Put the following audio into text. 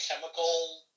chemical